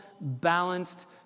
balanced